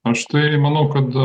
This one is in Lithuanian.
aš tai manau kad